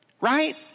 Right